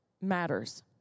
matters